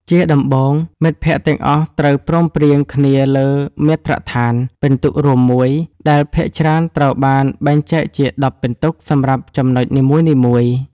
ជាដំបូង មិត្តភក្តិទាំងអស់ត្រូវព្រមព្រៀងគ្នាលើមាត្រដ្ឋានពិន្ទុរួមមួយ ដែលភាគច្រើនត្រូវបានបែងចែកជា ១០ ពិន្ទុសម្រាប់ចំណុចនីមួយៗ។